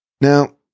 Now